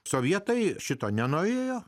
sovietai šito nenorėjo